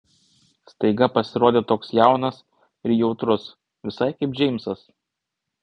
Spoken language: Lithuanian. staiga pasirodė toks jaunas ir jautrus visai kaip džeimsas